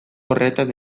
horretan